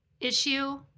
issue